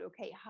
okay